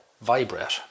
vibrate